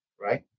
right